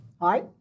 Hi